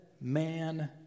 man